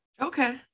okay